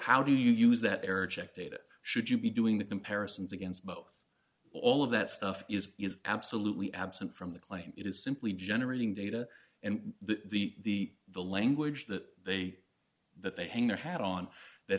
how do you use that error check data should you be doing the comparisons against both all of that stuff is absolutely absent from the claim it is simply generating data and the the language that they that they hang their hat on that